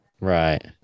Right